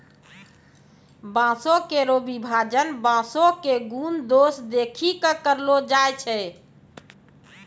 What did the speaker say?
बांसों केरो विभाजन बांसों क गुन दोस देखि कॅ करलो जाय छै